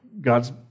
God's